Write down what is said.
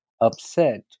upset